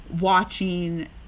watching